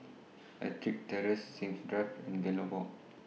Ettrick Terrace Sims Drive and Gallop Walk